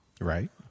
Right